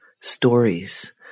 stories